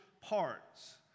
parts